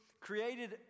created